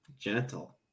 Gentle